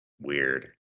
Weird